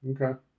okay